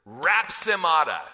rapsimata